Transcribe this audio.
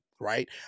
right